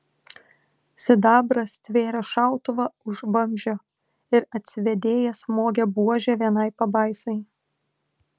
sidabras stvėrė šautuvą už vamzdžio ir atsivėdėjęs smogė buože vienai pabaisai